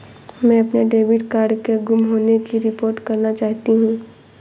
मैं अपने debit card के गुम होने की रिपोर्ट करना चाहती हूँ